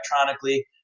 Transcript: electronically